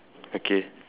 okay